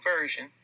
version